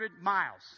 miles